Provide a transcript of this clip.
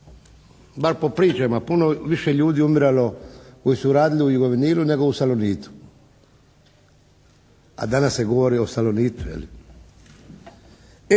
bar po pričama puno više ljudi umiralo koji su radili u Jugovinilu nego u Salonitu. A danas se govori o Salonitu